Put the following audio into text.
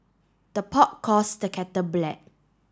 the pot calls the kettle black